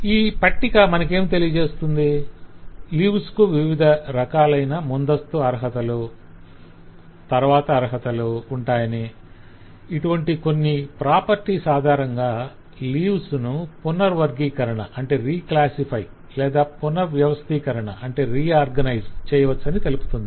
ఈ పట్టిక మనకేమి తెలియజేస్తుంది లీవ్స్ కు వివిధ రకాలైన ముందస్తు అర్హతలు తరవాత అర్హతలు ఉంటాయాని ఇటువంటి కొన్ని గుణాల ఆధారంగా లీవ్స్ ను పునఃవర్గీకరణ లేదా పునఃవ్యవస్థీకరణ చేయవచ్చని తెలుపుతుంది